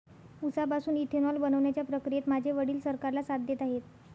उसापासून इथेनॉल बनवण्याच्या प्रक्रियेत माझे वडील सरकारला साथ देत आहेत